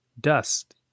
dust